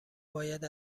باید